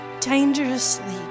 Dangerously